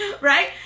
right